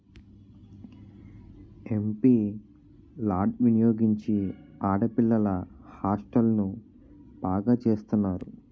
MP LAD వినియోగించి ఆడపిల్లల హాస్టల్ను బాగు చేస్తున్నారు